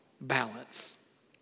balance